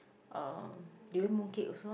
uh durian mooncake also